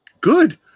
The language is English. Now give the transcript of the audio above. Good